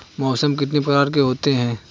मौसम कितने प्रकार के होते हैं?